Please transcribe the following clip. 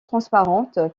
transparente